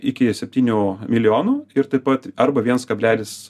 iki septynių milijonų ir taip pat arba viens kablelis